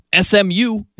SMU